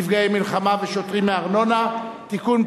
נפגעי מלחמה ושוטרים מארנונה) (תיקון,